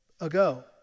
ago